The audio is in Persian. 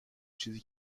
چیزی